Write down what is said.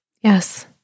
Yes